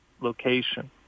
location